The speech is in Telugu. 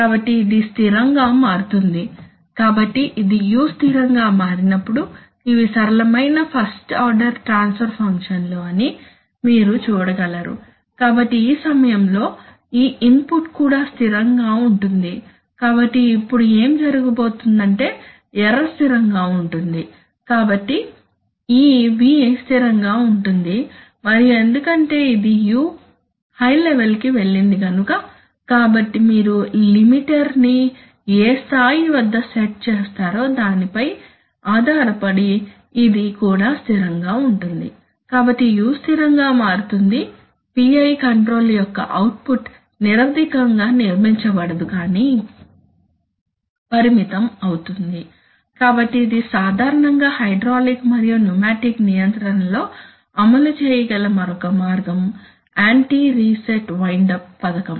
కాబట్టి ఇది స్థిరంగా మారుతుంది కాబట్టి ఇది u స్థిరంగా మారినప్పుడు ఇవి సరళమైన ఫస్ట్ ఆర్డర్ ట్రాన్స్ఫర్ ఫంక్షన్ లు అని మీరు చూడగలరు కాబట్టి ఆ సమయంలో ఈ ఇన్పుట్ కూడా స్థిరంగా ఉంటుంది కాబట్టి ఇప్పుడు ఏమి జరుగుతుందంటే ఎర్రర్ స్థిరంగా ఉంటుంది కాబట్టి ఈ v స్థిరంగా ఉంటుంది మరియు ఎందుకంటే ఇది u హై లెవెల్ కి వెళ్లింది గనుక కాబట్టి మీరు లిమిటెర్ ని ఏ స్థాయి వద్ద సెట్ చేసారో దానిపై ఆధారపడి ఇది కూడా స్థిరంగా ఉంటుంది కాబట్టి u స్థిరంగా మారుతుంది కాబట్టి PI కంట్రోలర్ యొక్క అవుట్పుట్ నిరవధికంగా నిర్మించబడదు కాని పరిమితం అవుతుంది కాబట్టి ఇది సాధారణంగా హైడ్రాలిక్ మరియు న్యూమాటిక్ నియంత్రణలలో అమలు చేయగల మరొక మార్గం యాంటీ రీసెట్ వైన్డ్ అప్ పథకం